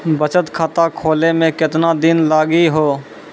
बचत खाता खोले मे केतना दिन लागि हो?